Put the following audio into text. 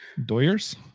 Doyers